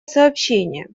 сообщения